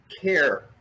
care